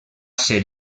ser